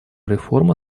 реформа